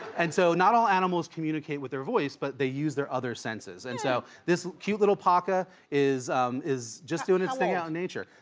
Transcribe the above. and so, not all animals communicate with their voice, but they use their other senses. and so, this cute little paca is is just doing its thing out in nature.